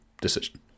decision